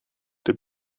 did